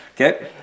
Okay